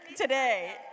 today